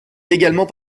également